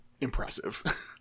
impressive